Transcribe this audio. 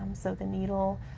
so the needle